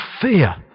fear